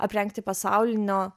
aprengti pasaulinio